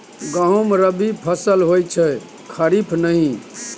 गहुम रबी फसल होए छै खरीफ नहि